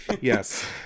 Yes